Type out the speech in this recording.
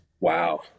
Wow